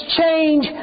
change